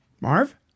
Marv